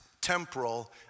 temporal